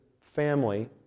family